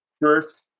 first